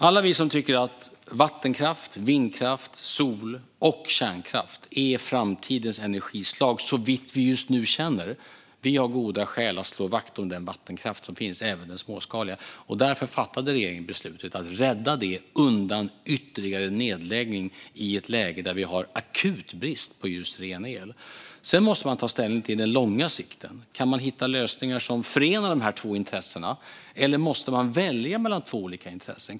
Alla vi som tycker att vattenkraft, vindkraft, solkraft och kärnkraft är framtidens energislag - såvitt vi just nu vet - har goda skäl att slå vakt om den vattenkraft som finns, även den småskaliga. Därför fattade regeringen beslutet att rädda den undan ytterligare nedläggning i ett läge där det råder akut brist på just ren el. Sedan måste man ta ställning långsiktigt. Kan man hitta lösningar som förenar dessa två intressen, eller måste man välja mellan två olika intressen?